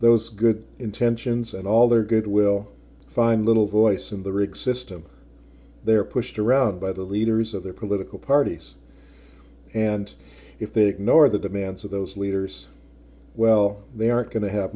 those good intentions and all their good will find little voice in the rig system they're pushed around by the leaders of their political parties and if they ignore the demands of those leaders well they aren't going to have